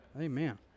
Amen